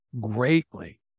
greatly